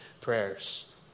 prayers